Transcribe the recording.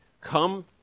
come